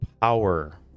power